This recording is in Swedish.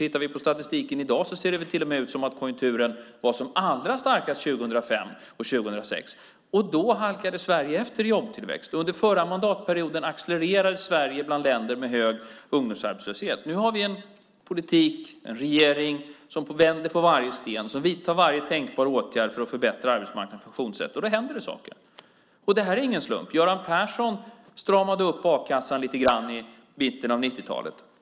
Tittar vi på statistiken i dag ser det till och med ut som om konjunkturen var som allra starkast 2005 och 2006, och då halkade Sverige efter i jobbtillväxt. Under den förra mandatperioden accelererade Sverige bland länder med hög ungdomsarbetslöshet. Nu har vi en politik och en regering som vänder på varje sten och som vidtar varje tänkbar åtgärd för att förbättra arbetsmarknadens funktionssätt, och då händer det saker. Det här är ingen slump. Göran Persson stramade upp a-kassan lite grann i mitten av 90-talet.